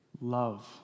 Love